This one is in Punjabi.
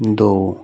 ਦੋ